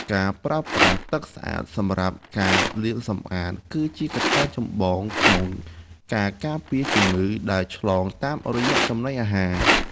ការប្រើប្រាស់ទឹកស្អាតសម្រាប់ការលាងសម្អាតគឺជាកត្តាចម្បងក្នុងការការពារជំងឺដែលឆ្លងតាមរយៈចំណីអាហារ។